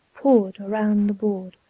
poured around the board,